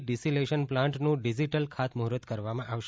desalination પ્લાન્ટનું digital ખાતમુહૂર્ત કરવામાં આવશે